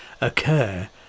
occur